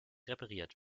repariert